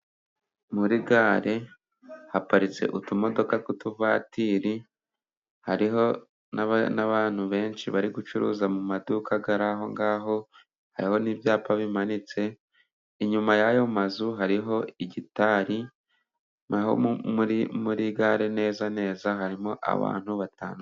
Muri gare haparitse utumodoka tw’utuvatiri，hariho n’abantu benshi， bari gucuruza mu maduka ari aho ngaho.， hariho n’ibyapa bimanitse， inyuma yayo mazu， hariho igitari，muri gare neza neza harimo abantu batanu.